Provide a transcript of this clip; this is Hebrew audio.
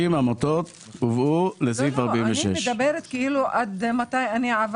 הובאו 130 עמותות לאישור לעניין סעיף 46. עברתי על הרשימה והגעתי עד עמותה מס'